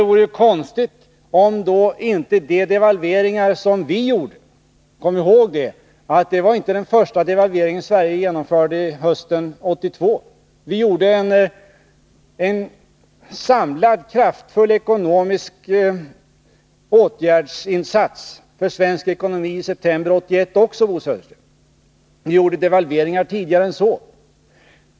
Men kom ihåg att den devalvering som Sverige genomförde hösten 1982 inte var den första devalveringen. Vi gjorde en samlad, kraftfull ekonomisk åtgärdsinsats för svensk ekonomi också i september 1981, Bo Södersten. Och vi gjorde devalveringar tidigare än så.